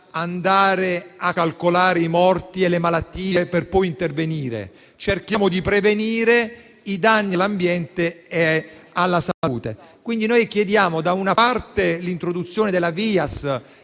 andare a calcolare i morti e le malattie per poi intervenire: cerchiamo di prevenire i danni all'ambiente e alla salute. Chiediamo quindi da una parte l'introduzione della